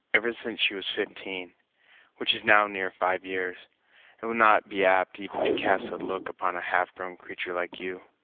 ever since she was fifteen which is now near five years and will not be apt even to cast a look upon a half-grown creatur' like you!